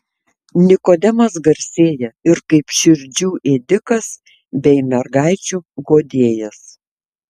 nikodemas garsėja ir kaip širdžių ėdikas bei mergaičių guodėjas